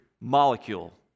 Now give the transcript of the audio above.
molecule